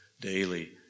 daily